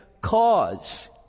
cause